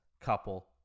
couple